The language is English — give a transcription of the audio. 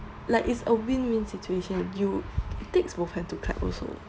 like it's a win win situation you it takes both hands to clap also